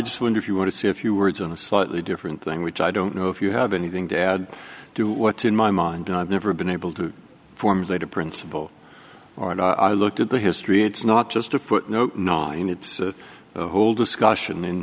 just wonder if you want to see if you words on a slightly different thing which i don't know if you have anything to add to what in my mind but i've never been able to formulate a principle or and i looked at the history it's not just a footnote nine it's the whole discussion in